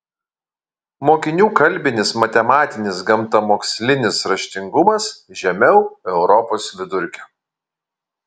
mokinių kalbinis matematinis gamtamokslinis raštingumas žemiau europos vidurkio